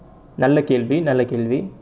நல்ல கேள்வி நல்ல கேள்வி:nalla kaelvi nalla kaelvi